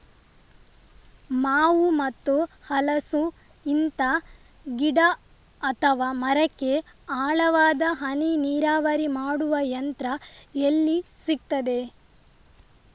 ಮಾವು ಮತ್ತು ಹಲಸು, ಇಂತ ಗಿಡ ಅಥವಾ ಮರಕ್ಕೆ ಆಳವಾದ ಹನಿ ನೀರಾವರಿ ಮಾಡುವ ಯಂತ್ರ ಎಲ್ಲಿ ಸಿಕ್ತದೆ?